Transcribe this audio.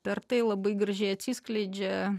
per tai labai gražiai atsiskleidžia